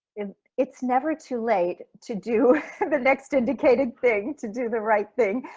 it's never too late to do the next indicated thing, to do the right thing,